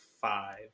five